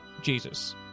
Jesus